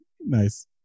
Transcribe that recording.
Nice